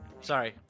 sorry